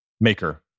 maker